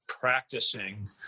practicing